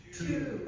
two